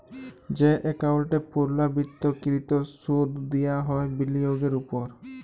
যে একাউল্টে পুর্লাবৃত্ত কৃত সুদ দিয়া হ্যয় বিলিয়গের উপর